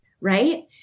right